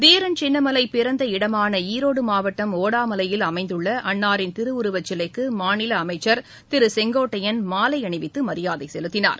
தீரன் சின்னமலைபிறந்த இடமானஈரோடுமாவட்டம் ஒடாமலையில் அமைந்துள்ளஅன்னாரின் திருவுருவச் சிலைக்குமாநிலஅமைச்சர் திருசெங்கோட்டையன் மாலைஅணிவித்துமரியாதைசெலுத்தினார்